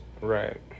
Right